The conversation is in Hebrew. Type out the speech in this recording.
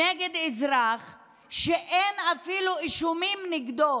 נגד אזרח שאין אפילו אישומים נגדו.